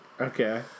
Okay